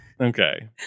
okay